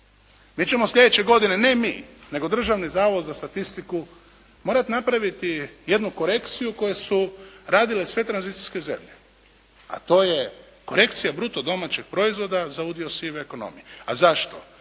Mi ćemo slijedeće godine, ne mi, nego Državni zavod za statistiku morati napraviti jednu korekciju koju su radile sve tranzicijske zemlje, a to je korekcija bruto domaćeg proizvoda za udio sive ekonomije. A zašto?